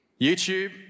YouTube